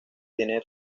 tiene